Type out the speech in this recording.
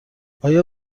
آیا